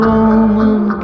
Roman